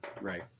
Right